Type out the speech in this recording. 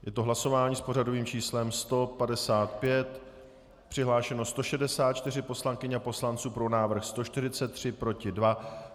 Je to hlasování s pořadovým číslem 155, přihlášeno je 164 poslankyň a poslanců, pro návrh 143, proti 2.